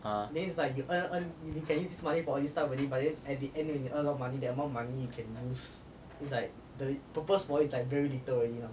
(uh huh)